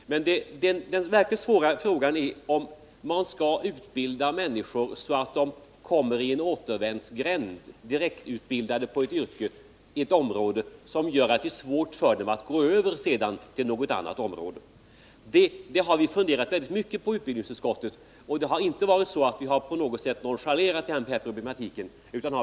Men den verkligt svåra frågan är huruvida man riskerar att utbilda människor så att de hamnar i en återvändsgränd, i ett yrke som gör att det sedan är svårt för dem att gå över till något annat område. Vi har verkligen funderat mycket över detta i utbildningsutskottet, och vi har inte nonchalerat denna problematik.